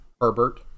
Herbert